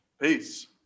Peace